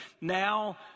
Now